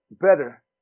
better